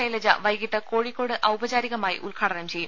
ശൈലജ വൈകീട്ട് കോഴിക്കോട്ട് ഔപചാരികമായി ഉദ്ഘാ ടനം ചെയ്യും